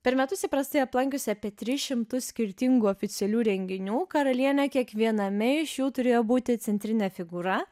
per metus įprastai aplankiusi apie tris šimtus skirtingų oficialių renginių karalienė kiekviename iš jų turėjo būti centrinė figūra